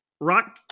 Rock